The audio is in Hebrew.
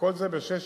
וכל זה ב-6.60.